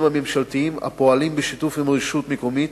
הממשלתיים הפועלים בשיתוף עם הרשות המקומית,